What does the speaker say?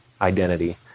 identity